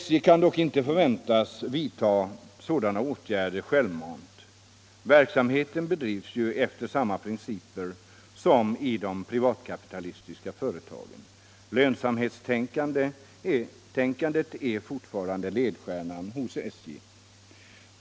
SJ kan dock inte förväntas vidta sådana åtgärder självmant. Verksamheten bedrivs ju efter samma principer som i de privatkapitalistiska företagen. Lönsamhetstänkandet är fortfarande ledstjärnan hos SJ.